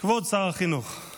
5 נעמה לזימי (העבודה): 6 שר החינוך יואב